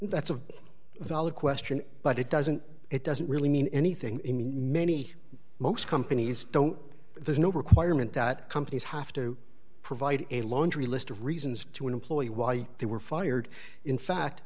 that's a valid question but it doesn't it doesn't really mean anything i mean many most companies don't there's no requirement that companies have to provide a laundry list of reasons to an employee why they were fired in fact